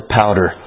powder